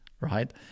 right